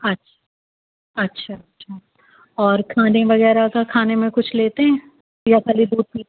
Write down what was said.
اچھا اچھا اچھا اور کھانے وغیرہ کا کھانے میں کچھ لیتے ہیں یا کھالی دودھ پیتے ہیں